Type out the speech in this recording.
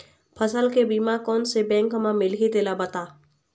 फसल के बीमा कोन से बैंक म मिलही तेला बता?